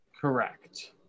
correct